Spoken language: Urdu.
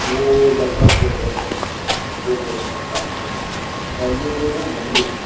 وہ لگ بھگ جو ہے دو کوس پر واقع ہے اور یہ دونوں مندر ہیں